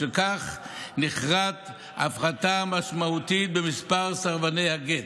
בשל כך ניכרת הפחתה משמעותית במספר סרבני הגט,